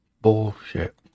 Bullshit